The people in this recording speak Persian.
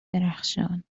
درخشان